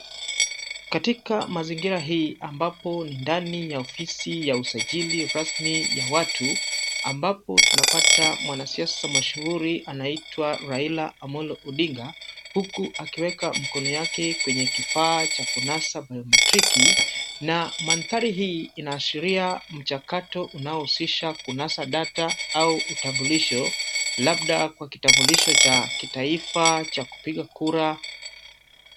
Katika mazingira hii ambapo ni ndani ya ofisi ya usajili rasmi ya watu, ambapo tunapata mwanasiasa mashuhuri anaitwa Raila Amollo Odinga, huku akiweka mikono yake kwenye kifaa cha kunasa biometriki na mandhari hii inaashiria mchakato unaohusisha kunasa data au utambulisho labda kwa kitambulisho cha kitaifa cha kupiga kura.